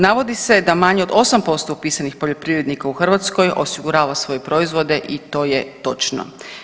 Navodi se da manje od 8% upisanih poljoprivrednika u Hrvatskoj osigurava svoje proizvode i to je točno.